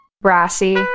brassy